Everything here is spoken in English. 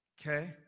Okay